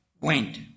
went